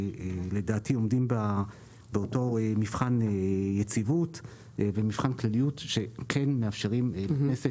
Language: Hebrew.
שלדעתי עומדים באותו מבחן יציבות ומבחן כלליות שכן מאפשרים לכנסת